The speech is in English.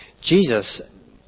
Jesus